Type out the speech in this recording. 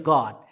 God